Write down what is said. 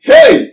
Hey